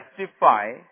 justify